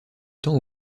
temps